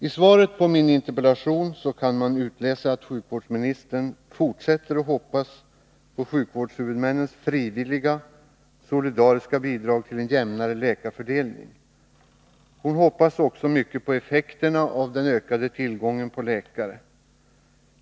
I svaret på min interpellation kan man utläsa att sjukvårdsministern fortsätter att hoppas på sjukvårdshuvudmännens frivilliga, solidariska bidrag till en jämnare läkarfördelning. Hon hoppas också mycket på effekterna av den ökade tillgången på läkare.